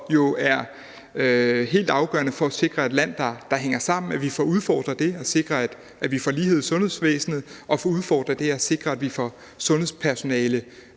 jo helt afgørende for at sikre et land, der hænger sammen, at vi får udfordret det og sikrer, at vi får lighed i sundhedsvæsenet, og får udfordret og sikret, at vi får sundhedsfagligt personale